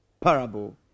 parable